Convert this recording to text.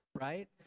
right